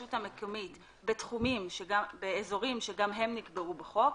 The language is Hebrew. עובד באזורים שגם הם נקבעו בחוק,